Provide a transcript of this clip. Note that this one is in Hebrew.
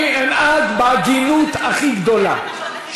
אני אנהג בהגינות הכי גדולה.